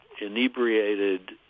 inebriated